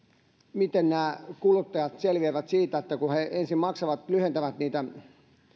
miten nämä kuluttajat selviävät siitä että kun he ensin maksavat lyhentävät niitä